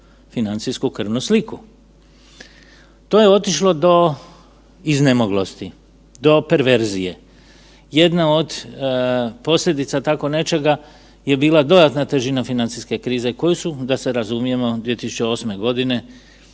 financijsku krvnu sliku. To je otišlo do iznemoglosti, do perverzije. Jedna od posljedica tako nečega je bila dodatna težina financijske krize koju su, da se razumijemo, 2008.